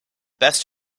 best